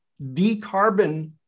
decarbon